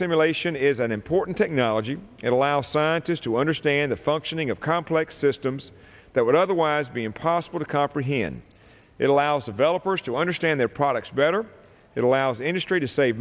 simulation is an important technology that allows scientists to understand the functioning of complex systems that would otherwise be impossible to comprehend it allows avella first to understand their products better it allows industry to sa